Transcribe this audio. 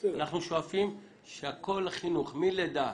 אנחנו שואפים שכל החינוך מלידה